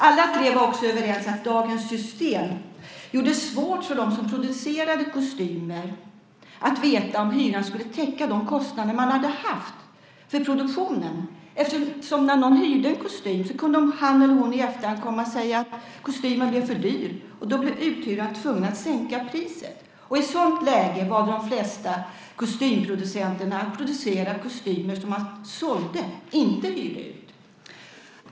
Alla tre var också överens om att dagens system gjorde det svårt för dem som producerade kostymer att veta om hyrorna skulle täcka de kostnader som de hade haft för produktionen. När någon hyrde en kostym så kunde han eller hon i efterhand komma och säga att kostymen blev för dyr, och då blev uthyraren tvungen att sänka priset. I ett sådant läge valde de flesta kostymproducenter att producera kostymer som man sålde, och inte hyrde ut.